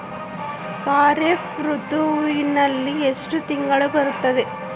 ಖಾರೇಫ್ ಋತುವಿನಲ್ಲಿ ಎಷ್ಟು ತಿಂಗಳು ಬರುತ್ತವೆ?